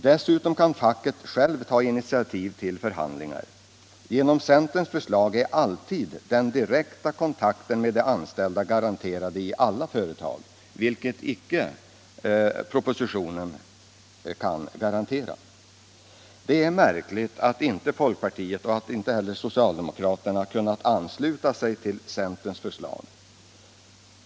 Dessutom kan facket självt ta initiativ till förhandlingar. Genom centerns förslag är alltid den direkta kontakten med de anställda garanterad i alla företag, vilket icke propositionen kan garantera. Det är märkligt att inte folkpartiet och inte heller socialdemokraterna kunnat ansluta sig till centerns förslag.